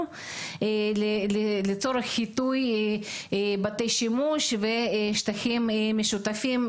לצורך חיטוי בתי שימוש ושטחים משותפים,